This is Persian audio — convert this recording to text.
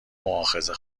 مواخذه